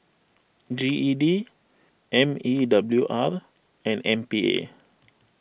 G E D M E W R and M P A